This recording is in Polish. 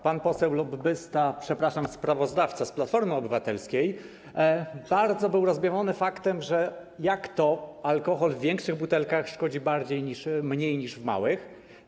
Pan poseł lobbysta, przepraszam sprawozdawca, z Platformy Obywatelskiej bardzo był rozbawiony faktem, że jak to, alkohol w większych butelkach szkodzi mniej niż w małych.